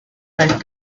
knife